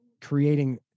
creating